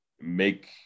make